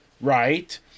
right